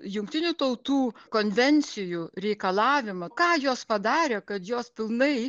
jungtinių tautų konvencijų reikalavimą ką jos padarė kad jos pilnai